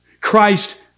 Christ